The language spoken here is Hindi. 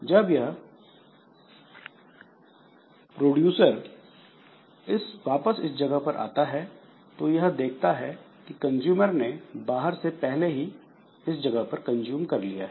जब यह प्रोडूसर वापस इस जगह पर आता है तो यह देखता है कंजूमर ने बाहर से पहले ही इस जगह पर कंज्यूम कर लिया है